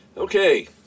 okay